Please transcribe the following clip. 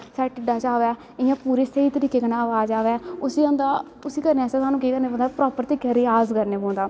साढ़े ढिडै चा अवै इयांपूरे स्हेई तरीके कन्नै अवाज़ अवै उसी होंदा उसी करने आस्तै साह्नू केह् करना पौंदा प्रापर तरीके दा रिआज़ करना पौंदा